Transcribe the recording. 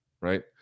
right